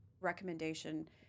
recommendation